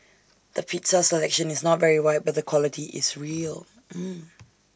the pizza selection is not very wide but the quality is real